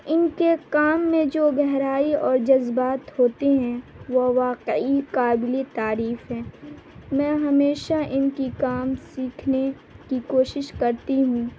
ان کے کام میں جو گہرائی اور جذبات ہوتے ہیں وہ واقعی قابلِ تعریف ہیں میں ہمیشہ ان کی کام سیکھنے کی کوشش کرتی ہوں